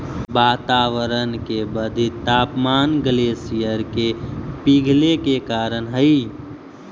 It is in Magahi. वातावरण के बढ़ित तापमान ग्लेशियर के पिघले के कारण हई